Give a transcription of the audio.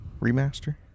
remaster